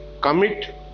commit